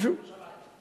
כיכר-סלאמה בירושלים.